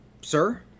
sir